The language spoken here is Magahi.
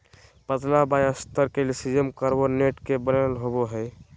पतला बाह्यस्तर कैलसियम कार्बोनेट के बनल होबो हइ